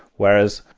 whereas,